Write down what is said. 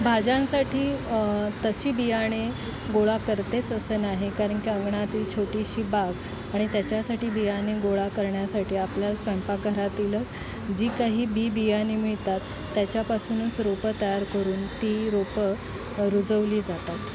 भाज्यांसाठी तशी बियाणे गोळा करतेच असं नाही कारण की अंगणातील छोटीशी बाग आणि त्याच्यासाठी बियाणे गोळा करण्यासाठी आपल्या स्वयंपाकघरातीलच जी काही बी बियाणी मिळतात त्याच्यापासूनच रोपं तयार करून ती रोपं रुजवली जातात